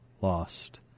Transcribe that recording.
lost